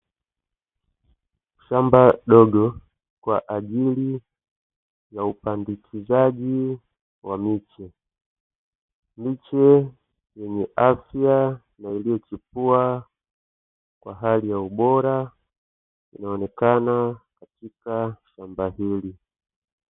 Shamba dogo kwa ajili ya upandikizaji wa miche, miche yenye afya na iliyochipua kwa hali ya ubora inaonekana katika shamba hili.